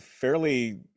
fairly